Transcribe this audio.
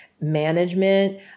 management